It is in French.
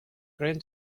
grains